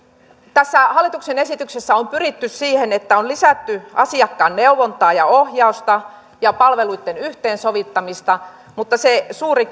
tässä hallituksen esityksessä on pyritty siihen että on lisätty asiakkaan neuvontaa ja ohjausta ja palveluitten yhteensovittamista mutta se suuri